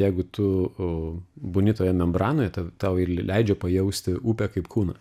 jeigu tu būni toje membranoje ten tau ir ir leidžia pajausti upę kaip kūną